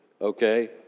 okay